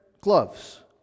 gloves